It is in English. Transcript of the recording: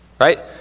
right